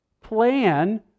Plan